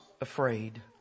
afraid